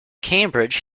cambridge